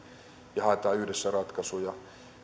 ja haetaan yhdessä ratkaisuja